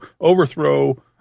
overthrow